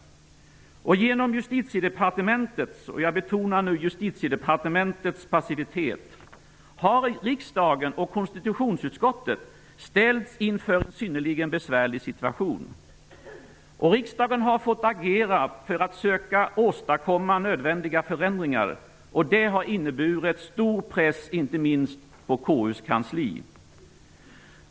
Genom Justitiedepartementets passivitet har riksdagen och konstitutionsutskottet ställts inför en synnerligen besvärlig situation. Riksdagen har fått agera för att söka åstadkomma nödvändiga förändringar. Det har innneburit stor press inte minst på KU:s kansli.